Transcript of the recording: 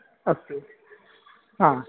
अस्तु हा